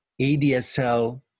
ADSL